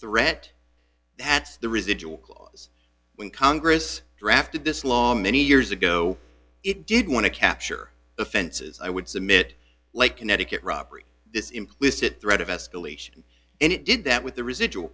threat that's the residual clause when congress drafted this law many years ago it did want to capture offenses i would submit like connecticut robbery this implicit threat of escalation and it did that with the residual